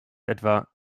etwa